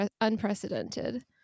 unprecedented